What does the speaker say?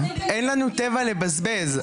אין לנו טבע לבזבז,